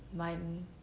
mine [one]